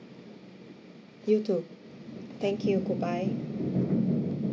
you too thank you goodbye